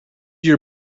your